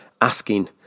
asking